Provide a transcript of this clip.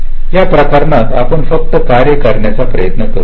या प्रकरणात आपण फक्त कार्य करण्याचा प्रयत्न करूया